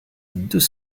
deux